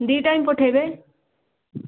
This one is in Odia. ଦୁଇ ଟାଇମ୍ ପଠାଇବେ